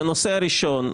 בנושא הראשון,